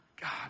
God